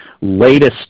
latest